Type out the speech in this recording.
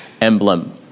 emblem